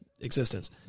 existence